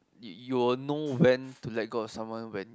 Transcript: you will know when to let go of someone when